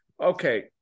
okay